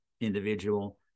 individual